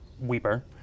Weeper